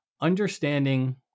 understanding